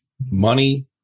money